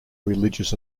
religious